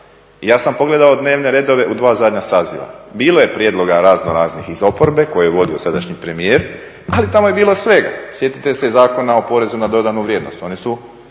Ja sam pogledao dnevne redove u dva zadnja saziva. Bilo je prijedloga razno raznih iz oporbe koje je vodio sadašnji premijer, ali tamo je bilo svega. Sjetite se i Zakona o porezu na dodanu vrijednost.